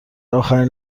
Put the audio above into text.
آخرین